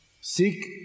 seek